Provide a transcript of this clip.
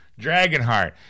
Dragonheart